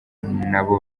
nabo